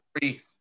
three